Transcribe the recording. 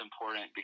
important